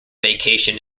vacation